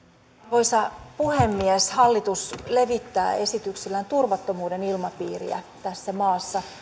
arvoisa puhemies hallitus levittää esityksillään turvattomuuden ilmapiiriä tässä maassa